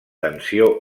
tensió